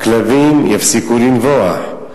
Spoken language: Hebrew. הכלבים יפסיקו לנבוח,